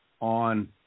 on